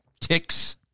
Ticks